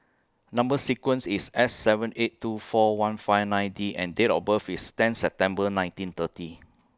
Number sequence IS S seven eight two four one five nine D and Date of birth IS ten September nineteen thirty